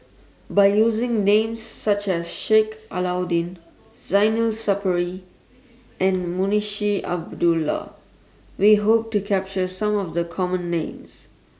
By using Names such as Sheik Alau'ddin Zainal Sapari and Munshi Abdullah We Hope to capture Some of The Common Names